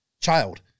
child